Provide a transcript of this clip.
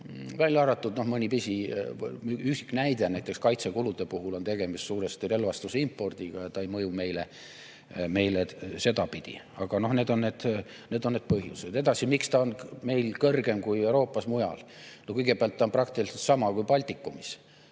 välja arvatud mõni üksik näide, näiteks kaitsekulude puhul on tegemist suuresti relvastuse impordiga ja ta ei mõju meile sedapidi. Aga need on need põhjused. Edasi, miks ta on meil kõrgem kui Euroopas mujal? Kõigepealt, ta on praktiliselt sama kui Baltikumis.